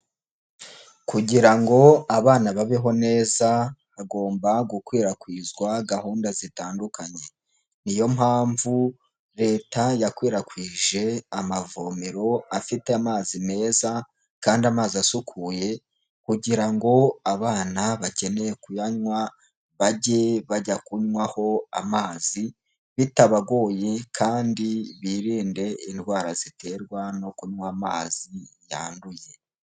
Kugira ngo abana babeho neza, hagomba gukwirakwizwa gahunda zitandukanye. Niyo mpamvu Leta yakwirakwije amavomero afite amazi meza, kandi amazi asukuye, kugira ngo abana bakeneye kuyanywa bajye bajya kunywaho amazi bitabagoye, kandi birinde indwara ziterwa no kunywa amazi yanduye.